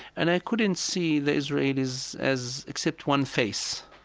and i couldn't see the israelis as except one face,